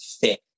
fit